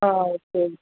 ஆ சரி